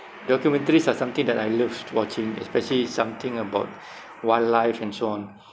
documentaries are something that I loved watching especially something about wildlife and so on